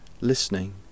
listening